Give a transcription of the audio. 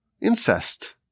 incest